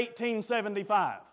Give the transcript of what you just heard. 1875